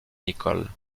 nicholl